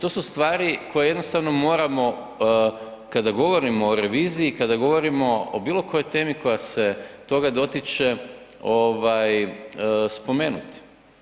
To su stvari koje jednostavno moramo, kada govorimo o reviziji, kada govorimo o bilo kojoj temi koja se toga dotiče, spomenuti.